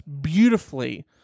beautifully